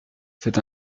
c’est